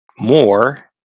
More